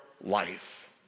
life